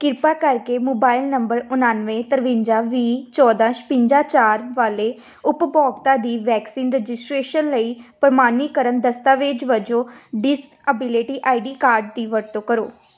ਕਿਰਪਾ ਕਰਕੇ mobile number ਉਣਾਨਵੇਂ ਤਰਵੰਜਾ ਵੀਹ ਚੌਦਾਂ ਛਿਵੰਜਾ ਚਾਰ ਵਾਲੇ ਉਪਭੋਗਤਾ ਦੀ ਵੈਕਸੀਨ ਰਜਿਸਟ੍ਰੇਸ਼ਨ ਲਈ ਪ੍ਰਮਾਣੀਕਰਨ ਦਸਤਾਵੇਜ਼ ਵਜੋਂ ਡਿਸਐਬੀਲਿਟੀ ਆਈ ਡੀ ਕਾਰਡ ਦੀ ਵਰਤੋਂ ਕਰੋ